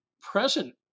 present